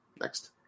Next